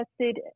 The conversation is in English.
tested